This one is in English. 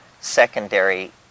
secondary